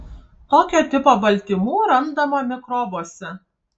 tokio tipo baltymų randama mikrobuose